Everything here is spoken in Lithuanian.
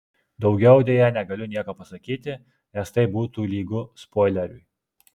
daugiau deja negaliu nieko pasakyti nes tai būtų lygu spoileriui